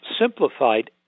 simplified